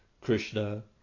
Krishna